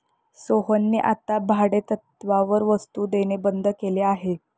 सोहनने आता भाडेतत्त्वावर वस्तु देणे बंद केले आहे